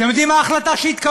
אתם יודעים מה ההחלטה שהתקבלה?